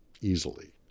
easily